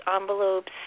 envelopes